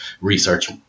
research